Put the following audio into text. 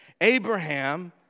Abraham